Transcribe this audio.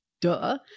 Duh